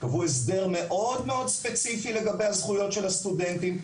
קבעו הסדר מאוד מאוד ספציפי לגבי הזכויות של הסטודנטים,